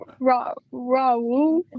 Raul